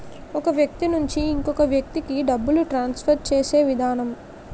ఒక వ్యక్తి నుంచి ఇంకొక వ్యక్తికి డబ్బులు ట్రాన్స్ఫర్ చేసే విధానం